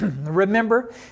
Remember